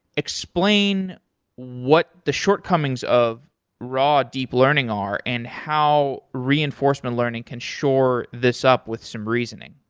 explain what the shortcomings of raw deep learning are and how reinforcement learning can shore this up with some reasoning.